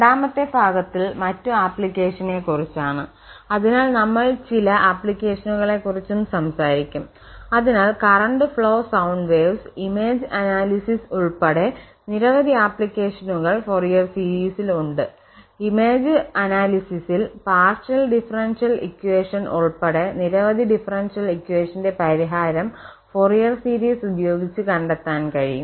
രണ്ടാമത്തെ ഭാഗത്തിൽ മറ്റു ആപ്ലിക്കേഷനെ കുറിച്ചാണ് അതിനാൽ നമ്മൾ ചില ആപ്ലിക്കേഷനുകളെക്കുറിച്ചും സംസാരിക്കും അതിനാൽ current flow sound waves image analysis ഉൾപ്പെടെ നിരവധി ആപ്ലിക്കേഷനുകൾ ഫോറിയർ സീരീസിൽ ഉണ്ട് ഇമേജ് വിശകലനത്തിൽ പാർഷ്യൽ ഡിഫറൻഷ്യൽ ഇക്വഷൻ ഉൾപ്പെടെ നിരവധി ഡിഫറൻഷ്യൽ ഇക്വഷന്റെ പരിഹാരം ഫോറിയർ സീരീസ് ഉപയോഗിച്ച കണ്ടെത്താൻ കഴിയും